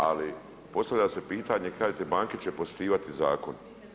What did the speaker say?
Ali postavlja se pitanje, kažete banke će poštivati zakon.